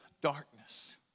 darkness